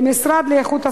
למשרד לאיכות הסביבה,